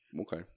Okay